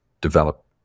develop